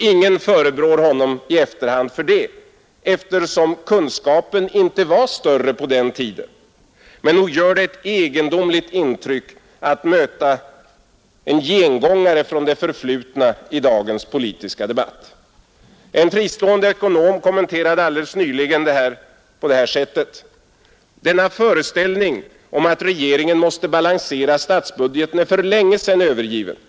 Ingen förebrår honom i efterhand för det, eftersom kunskapen inte var större på den tiden. Men nog gör det ett egendomligt intryck att möta en gengångare från det förflutna i dagens politiska debatt. En fristående ekonom kommenterade nyligen detta på följande sätt: ”Denna föreställning om att regeringen måste balansera statsbudgeten är sedan länge övergiven.